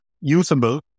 usable